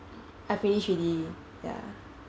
I finish already ya